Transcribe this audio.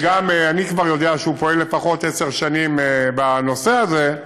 גם אני כבר יודע שהוא פועל לפחות עשר שנים בנושא הזה,